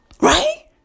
Right